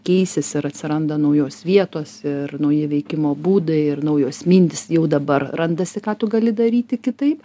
keisis ir atsiranda naujos vietos ir nauji veikimo būdai ir naujos mintys jau dabar randasi ką tu gali daryti kitaip